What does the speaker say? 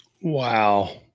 Wow